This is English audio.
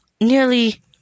nearly